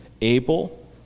able